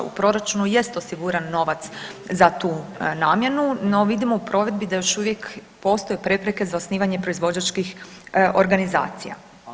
U proračunu jest osiguran novac za tu namjenu, no vidimo u provedbi da još uvijek postoje prepreke za osnivanje proizvođačkih organizacija.